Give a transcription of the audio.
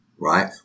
right